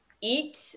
eat